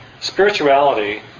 Spirituality